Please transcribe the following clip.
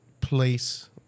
place